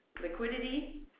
liquidity